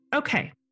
Okay